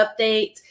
updates